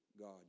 God